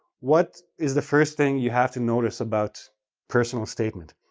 what is the first thing you have to notice about personal statement?